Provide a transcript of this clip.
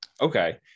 Okay